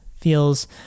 feels